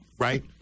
Right